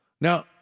Now